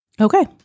Okay